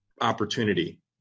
opportunity